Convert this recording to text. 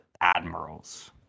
Admirals